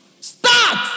Start